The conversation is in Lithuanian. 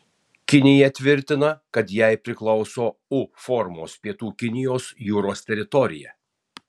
kinija tvirtina kad jai priklauso u formos pietų kinijos jūros teritorija